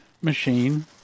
machine